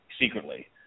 secretly